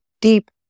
deep